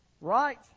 right